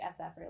SF